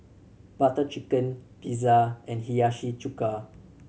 Butter Chicken Pizza and Hiyashi Chuka